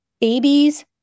babies